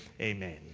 amen